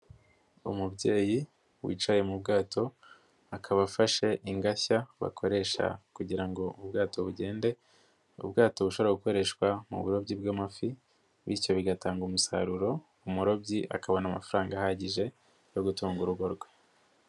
Umubyeyi wicaye mu bwato akaba afashe ingashya bakoresha kugira ngo ubwato bugende, ubwato bushobora gukoreshwa mu burobyi bw'amafi bityo bigatanga umusaruro umurobyi akabona amafaranga ahagije yo gutunga urugo rwe.